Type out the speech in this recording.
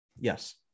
Yes